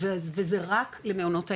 וזה רק למעונות היום,